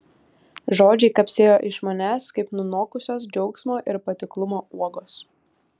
žodžiai kapsėjo iš manęs kaip nunokusios džiaugsmo ir patiklumo uogos